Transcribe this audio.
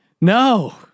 No